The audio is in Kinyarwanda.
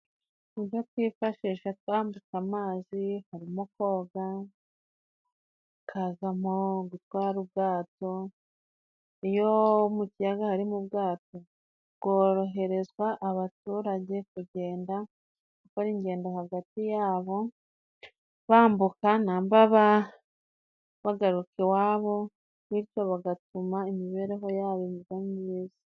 Ububyo twifashisha twambuka amazi harimo:koga ,hakazamo gutwara ubwato, iyo mu kiyaga harimo ubwato, bworoherezwa abaturage kugenda gukora ingendo hagati yabo, bambuka namba ba bagaruka iwabo bityo bigatuma imibereho yabo iba myiza.